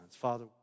Father